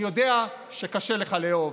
אני יודע שקשה לך לאהוב,